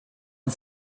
und